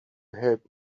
help